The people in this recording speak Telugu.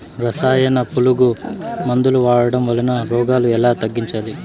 రసాయన పులుగు మందులు వాడడం వలన రోగాలు ఎలా తగ్గించాలి?